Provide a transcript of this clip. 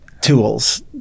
tools